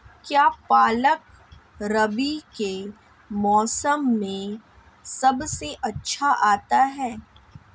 क्या पालक रबी के मौसम में सबसे अच्छा आता है?